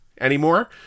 anymore